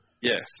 Yes